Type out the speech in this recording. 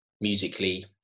musically